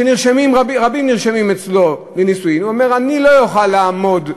ורבים נרשמים אצלו לנישואין: אני לא אוכל לעמוד,